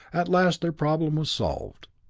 at last their problem was solved.